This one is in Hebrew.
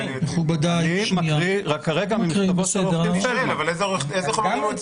אני מקריא כרגע ממכתבו עו"ד פלדמן.